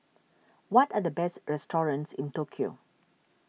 what are the best restaurants in Tokyo